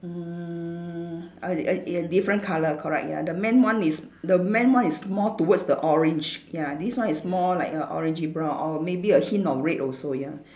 uh uh uh ya different colour correct ya the man one is the man one is more towards the orange ya this one is more like a orangey brown or maybe a hint of red also ya